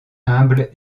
humble